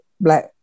Black